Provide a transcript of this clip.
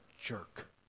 jerk